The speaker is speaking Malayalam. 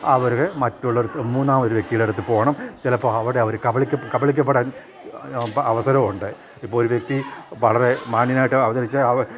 അവരെ മറ്റുള്ളവരുടെ അടുത്ത് മൂന്നാം ഒരു വ്യക്തിയുടെ അടുത്ത് പോകണം ചിലപ്പോൾ അവിടെ അവർ കബലിപ്പിക്കപ്പെടാൻ അവസരവുണ്ട് ഇപ്പം ഒരു വ്യക്തി വളരെ മാന്യനായിട്ട് അവതരിപ്പിച്ചു അവ